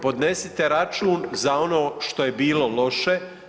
Podnesite račun za ono što je bilo loše.